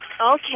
Okay